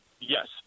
Yes